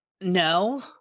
no